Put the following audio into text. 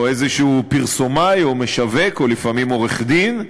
או איזה פרסומאי או משווק או לפעמים עורך-דין,